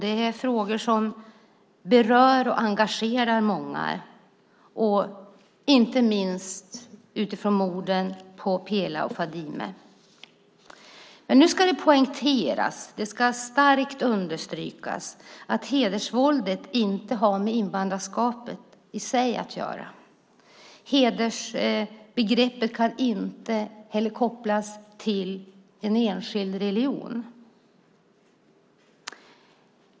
Det är frågor som berör och engagerar många, inte minst utifrån morden på Pela och Fadime. Det ska poängteras och starkt understrykas att hedersvåldet inte har med invandrarskapet i sig att göra. Det kan heller inte kopplas till en enskild religion.